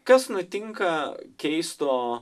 kas nutinka keisto